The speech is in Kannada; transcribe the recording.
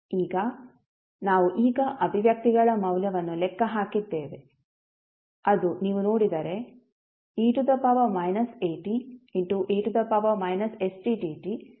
ಈಗ ನಾವು ಈಗ ಅಭಿವ್ಯಕ್ತಿಗಳ ಮೌಲ್ಯವನ್ನು ಲೆಕ್ಕ ಹಾಕಿದ್ದೇವೆ ಅದು ನೀವು ನೋಡಿದರೆ e ate stdt1sa ಆಗಿರುತ್ತದೆ